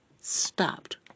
stopped